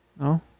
no